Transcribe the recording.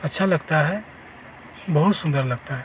अच्छा लगता है बहुत सुन्दर लगता है